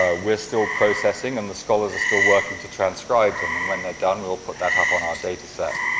ah we're still processing and the scholars are still working to transcribe them. and when they're done we'll put that up on our data set.